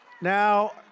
Now